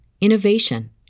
innovation